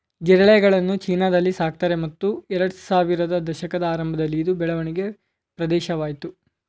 ಜಿರಳೆಗಳನ್ನು ಚೀನಾದಲ್ಲಿ ಸಾಕ್ತಾರೆ ಮತ್ತು ಎರಡ್ಸಾವಿರದ ದಶಕದ ಆರಂಭದಲ್ಲಿ ಇದು ಬೆಳವಣಿಗೆ ಪ್ರದೇಶವಾಯ್ತು